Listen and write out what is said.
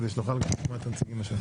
כדי שנוכל לשמוע את הנציגים השונים.